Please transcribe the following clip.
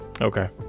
Okay